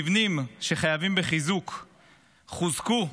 מבנים שחייבים בחיזוק חוזקו,